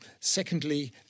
secondly